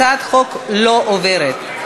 הצעת החוק לא עוברת.